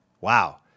Wow